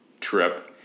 trip